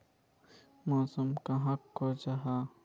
मौसम कहाक को जाहा?